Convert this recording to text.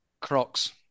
Crocs